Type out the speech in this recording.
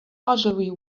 ogilvy